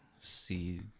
see